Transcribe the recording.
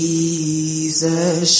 Jesus